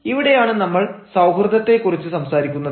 ഇവിടെയാണ് നമ്മൾ സൌഹൃദത്തെക്കുറിച്ച് സംസാരിക്കുന്നത്